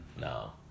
no